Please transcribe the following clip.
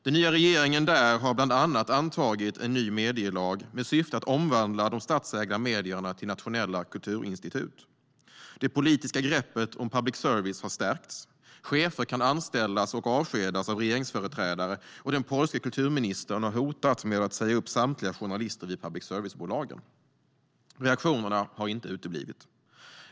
Den nya regeringen där har bland annat antagit en ny medielag med syfte att omvandla de statsägda medierna till nationella kulturinstitut. Det politiska greppet om public service har stärkts. Chefer kan anställas och avskedas av regeringsföreträdare, och den polske kulturministern har hotat med att säga upp samtliga journalister vid public service-bolagen. Reaktionerna har inte uteblivit.